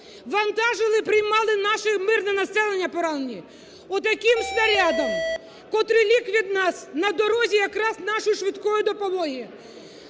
вантажили і приймали наше мирне населення, поранених. Отаким снарядом, котрий ліг від нас на дорозі якраз нашої "швидкої допомоги",